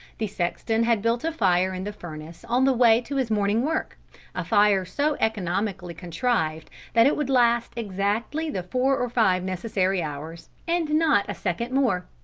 the sexton had built a fire in the furnace on the way to his morning work a fire so economically contrived that it would last exactly the four or five necessary hours, and not a second more.